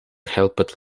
helped